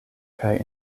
kaj